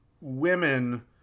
women